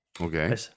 Okay